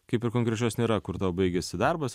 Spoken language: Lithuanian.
kaip ir konkrečios nėra kur baigiasi darbas ir